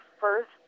first